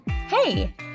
Hey